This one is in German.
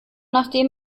nachdem